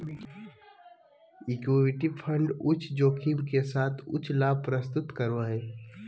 equity fund उच्च जोखिम के साथ उच्च लाभ प्रस्तुत करो हइ